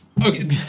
Okay